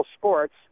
sports